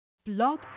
blog